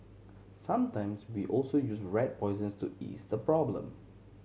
sometimes we also use rat poisons to ease the problem